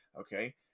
okay